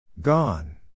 Gone